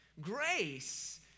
Grace